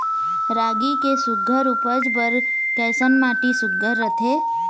रागी के सुघ्घर उपज बर कैसन माटी सुघ्घर रथे?